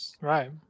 Right